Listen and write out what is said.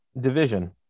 Division